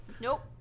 Nope